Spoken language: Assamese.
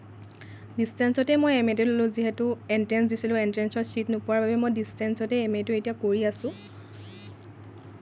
ডিষ্টেঞ্চতে মই এম এতো ল'লোঁ যিহেতু এন্ট্ৰেঞ্চ দিছিলোঁ এন্ট্ৰেঞ্চত চিট নোপোৱাৰ বাবে মই ডিষ্টেঞ্চতে এম এটো এতিয়া কৰি আছোঁ